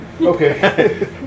Okay